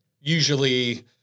usually